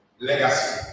Legacy